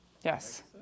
Yes